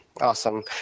awesome